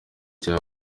cya